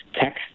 tech